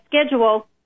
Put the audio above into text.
schedule